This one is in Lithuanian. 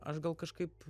aš gal kažkaip